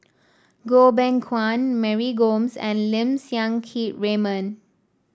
Goh Beng Kwan Mary Gomes and Lim Siang Keat Raymond